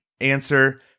answer